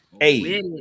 Hey